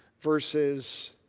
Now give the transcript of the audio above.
verses